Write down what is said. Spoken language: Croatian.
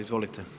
Izvolite.